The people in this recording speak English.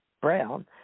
brown